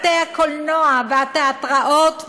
בתי-הקולנוע והתאטראות,